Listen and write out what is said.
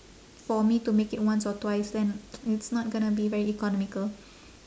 for me to make it once or twice then it's not gonna be very economical